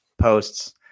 posts